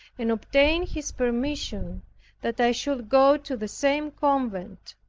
and obtained his permission that i should go to the same convent.